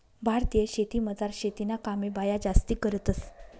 भारतीय शेतीमझार शेतीना कामे बाया जास्ती करतंस